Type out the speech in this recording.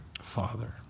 Father